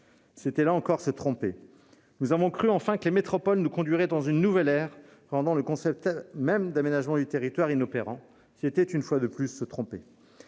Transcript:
c'était, là encore, se tromper. Nous avons cru enfin que les métropoles nous conduiraient dans une nouvelle ère, rendant le concept même d'aménagement du territoire inopérant : c'était, une fois de plus, se tromper